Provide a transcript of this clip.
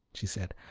she said.